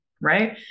right